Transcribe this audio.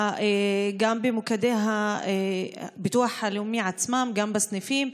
גם במוקדי הביטוח הלאומי עצמם, גם בסניפים,